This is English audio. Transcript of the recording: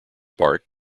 bark